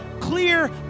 clear